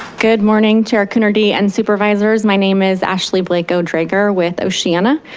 good morning chair coonerty and supervisors. my name is ashley blacow-draeger with oceana.